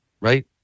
right